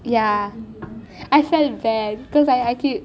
ya I felt bad cause I I keep